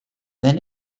then